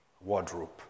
wardrobe